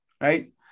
Right